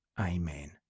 Amen